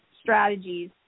strategies